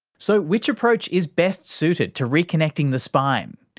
so, which approach is best suited to reconnecting the spine?